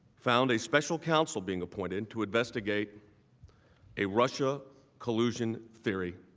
found a special counsel being appointed to investigate a russian collusion theory.